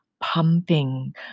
pumping